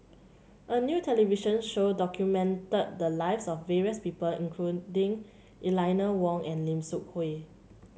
a new television show documented the lives of various people including Eleanor Wong and Lim Seok Hui